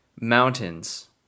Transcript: mountains